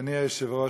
אדוני היושב-ראש,